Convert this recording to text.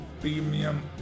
premium